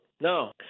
No